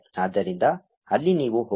ಆದ್ದರಿಂದ ಅಲ್ಲಿ ನೀವು ಹೋಗಿ